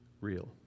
real